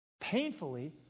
painfully